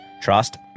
trust